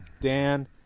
Dan